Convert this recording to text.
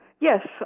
Yes